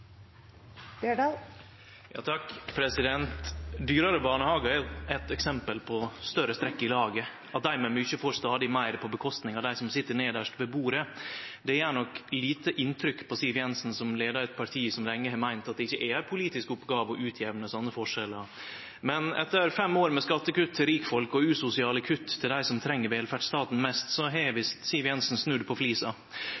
jo eitt eksempel på større strekk i laget, at dei med mykje får stadig meir på kostnad av dei som sit nederst ved bordet. Det gjer nok lite inntrykk på Siv Jensen, som leier eit parti som lenge har meint at det ikkje er ei politisk oppgåve å jamne ut sånne forskjellar. Men etter fem år med skattekutt til rikfolk og usosiale kutt til dei som treng velferdsstaten mest, har visst Siv Jensen snudd på flisa. Under krystallysekronene i Gamle Logen har